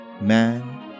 man